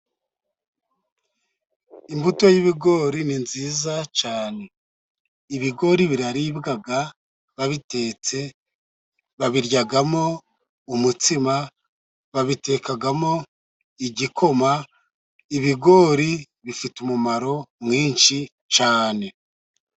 Imbuto y'ibigori ni nziza cyane, ibigori biraribwa babitetse babiryamo umutsima, babitekamo igikoma ibigori bifite umumaro mwinshi cyane.